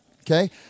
Okay